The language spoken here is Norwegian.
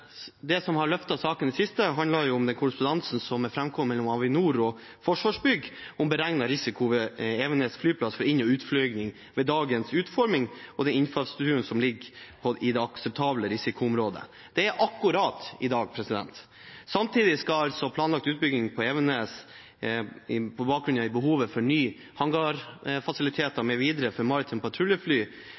siste, handler om den korrespondansen som har framkommet mellom Avinor og Forsvarsbygg om beregnet risiko ved Evenes flyplass ved inn- og utflygning med dagens utforming og den infrastrukturen som ligger i det akseptable risikoområdet – det er akkurat innenfor i dag. Samtidig skal altså planlagt utbygging på Evenes på bakgrunn av behovet for nye hangarfasiliteter mv. for maritime patruljefly